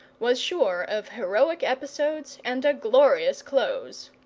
was sure of heroic episodes and a glorious close.